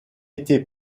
été